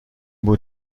بود